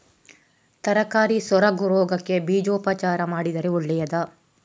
ತರಕಾರಿ ಸೊರಗು ರೋಗಕ್ಕೆ ಬೀಜೋಪಚಾರ ಮಾಡಿದ್ರೆ ಒಳ್ಳೆದಾ?